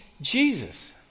Jesus